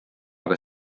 aga